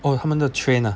oh 他们的 train ah